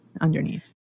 underneath